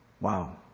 Wow